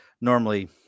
normally